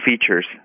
features